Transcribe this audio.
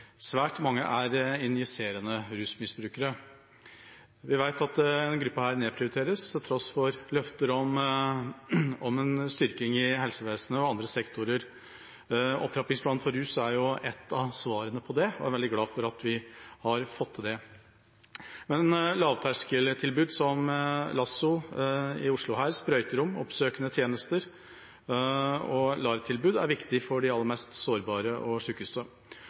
Svært mange er injiserende rusmisbrukere. Vi vet at denne gruppa nedprioriteres, til tross for løfter om en styrking i helsevesenet og andre sektorer. Opptrappingsplanen for rusfeltet er et av svarene på det, og jeg er veldig glad for at vi har fått til det. Men lavterskeltilbud som LASSO her i Oslo, sprøyterom, oppsøkende tjenester og LAR-tilbud er viktig for de aller mest sårbare og